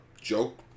joke